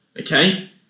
Okay